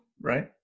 right